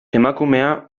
emakumea